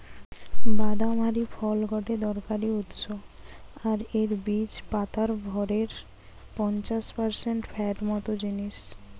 বাদাম হারি ফল গটে দরকারি উৎস আর এর বীজ পাতার ভরের পঞ্চাশ পারসেন্ট ফ্যাট মত জিনিস